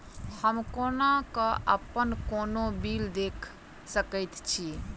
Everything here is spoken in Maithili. हम कोना कऽ अप्पन कोनो बिल देख सकैत छी?